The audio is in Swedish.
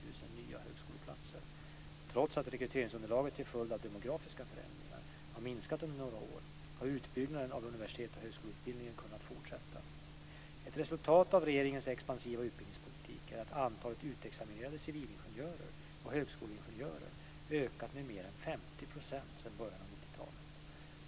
Trots att rekryteringsunderlaget till följd av demografiska förändringar har minskat under några år har utbyggnaden av universitets och högskoleutbildningarna kunnat fortsätta. Ett resultat av regeringens expansiva utbildningspolitik är att antalet utexaminerade civilingenjörer och högskoleingenjörer ökat med mer än 50 % sedan början av 90-talet.